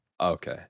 Okay